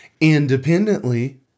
independently